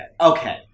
Okay